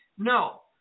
No